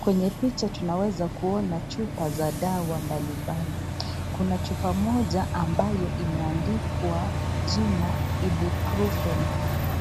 Kwenye picha tunaweza kuona chupa za dawa mbali mbali . Kuna chupa moja ambayo imeandikwa jina (cs)Ibuprofen(cs) .